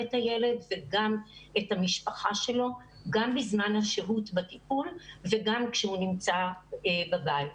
את הילד וגם את המשפחה שלו גם בזמן השהות בטיפול וגם כשהוא נמצא בבית.